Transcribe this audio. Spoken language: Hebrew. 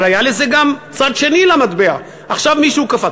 אבל היה גם צד שני למטבע, ועכשיו מישהו קפץ.